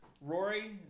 Rory